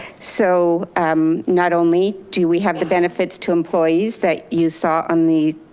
so um not only do we have the benefits to employees that you saw on the